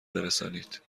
برسانید